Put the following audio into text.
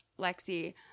Lexi